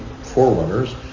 forerunners